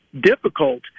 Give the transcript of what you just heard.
difficult